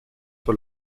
sur